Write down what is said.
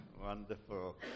Wonderful